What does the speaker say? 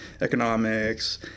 economics